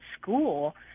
school